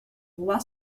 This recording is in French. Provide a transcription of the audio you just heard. roi